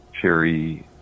cherry